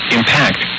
Impact